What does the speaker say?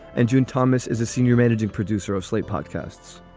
and june thomas is a senior managing producer of slate podcasts.